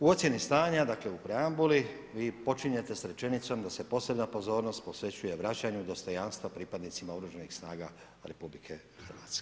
U ocjeni stanja, dakle u preambuli vi počinjete sa rečenicom da se posebna pozornost posvećuje vraćanju dostojanstva pripadnicima OS-a RH.